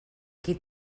qui